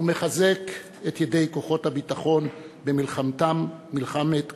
ומחזק את ידי כוחות הביטחון במלחמתם, מלחמת כולנו.